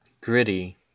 gritty